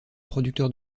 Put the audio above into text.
producteur